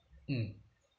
mm